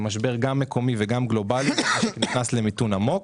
המשבר המקומי והגלובאלי, והמשק נכנס למיתון עמוק.